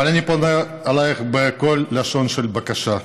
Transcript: אבל אני פונה אלייך בכל לשון של בקשה: